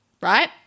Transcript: right